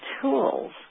tools